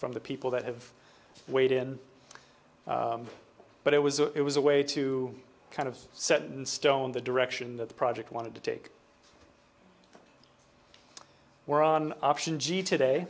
from the people that have weighed in but it was it was a way to kind of set in stone the direction that the project wanted to take where on option g today